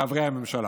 חברי הממשלה: